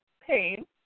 pain